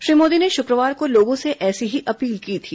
श्री मोदी ने शुक्रवार को लोगों से ऐसी ही अपील की थी